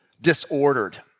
disordered